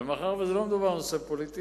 אבל מאחר שלא מדובר על נושא פוליטי,